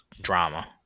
drama